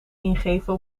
ingeven